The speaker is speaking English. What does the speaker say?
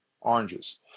oranges